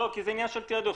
כי זה עניין של תעדוף.